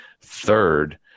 Third